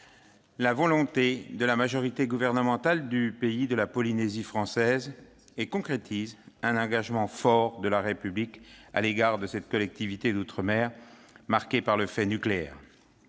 la volonté de la majorité gouvernementale du pays de la Polynésie française et concrétisent un engagement fort de la République à l'égard de cette collectivité d'outre-mer marquée par le fait nucléaire.